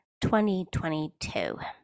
2022